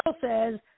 says